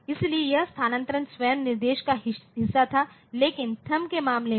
इसलिए यह स्थानांतरण स्वयं निर्देश का हिस्सा था लेकिन थंब के मामले में